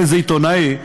לאיזה עיתונאי,